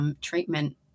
Treatment